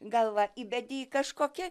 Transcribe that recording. galvą įbedi į kažkokią